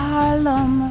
Harlem